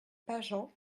pageant